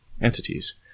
entities